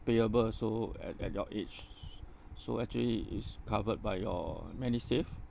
payable so at at your age s~ so actually is covered by your medisave